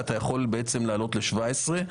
אתה יכול לעלות ל-17.